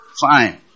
fine